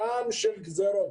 ים של גזרות.